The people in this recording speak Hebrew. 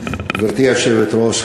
גברתי היושבת-ראש,